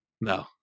No